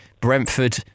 Brentford